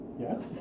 Yes